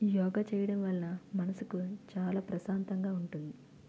యోగా చేయడం వలన మనసుకు చాలా ప్రశాంతంగా ఉంటుంది